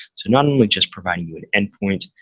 not only just providing you an endpoint,